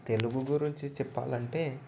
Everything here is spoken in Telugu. తెలుగు గురించి చెప్పాలంటే